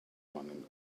running